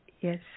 yes